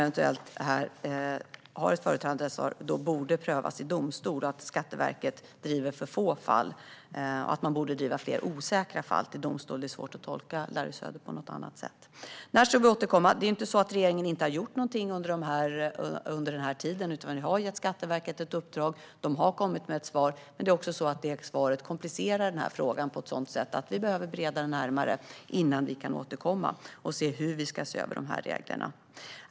Det är svårt att tolka Larry Söder på något annat sätt än att Skatteverket driver för få fall och borde driva fler osäkra fall till domstol. När ska vi återkomma? Det är inte så att regeringen inte har gjort någonting under den här tiden, utan vi har gett Skatteverket ett uppdrag. De har kommit med ett svar. Men svaret komplicerar den här frågan på ett sådant sätt att vi behöver bereda den vidare innan vi kan återkomma till hur vi ska se över reglerna.